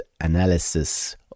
analysis